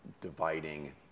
dividing